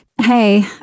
Hey